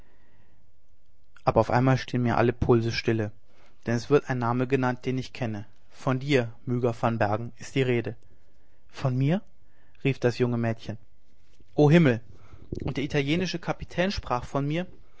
aber auf einmal stehen mir alle pulse still denn es wird ein name genannt den ich kenne von dir myga van bergen ist die rede von mir rief das junge mädchen o himmel und der italienische kapitän sprach von mir